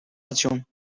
station